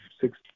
six